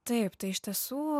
taip tai iš tiesų